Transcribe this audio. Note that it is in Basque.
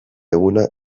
eguna